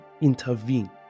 intervene